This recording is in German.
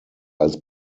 als